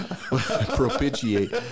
propitiate